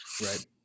right